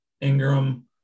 Ingram